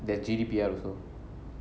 there's G_D_P_R also